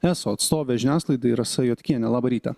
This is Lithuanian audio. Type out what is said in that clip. eso atstovė žiniasklaidai rasa juodkienė labą rytą